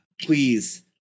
please